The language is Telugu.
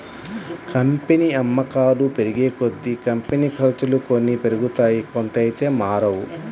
కంపెనీ అమ్మకాలు పెరిగేకొద్దీ, కంపెనీ ఖర్చులు కొన్ని పెరుగుతాయి కొన్నైతే మారవు